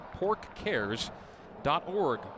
porkcares.org